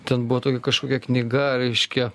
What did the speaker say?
ten buvo tokia kažkokia knyga reiškia